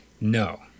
No